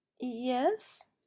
yes